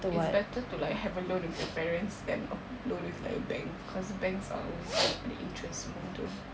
it's better to like have a loan with your parents than a loan with like a bank because banks are always like the interest semua the